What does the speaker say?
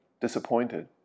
disappointed